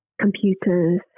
computers